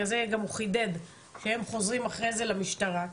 בגלל זה גם הוא חידד שהם חוזרים אחרי זה למשטרה,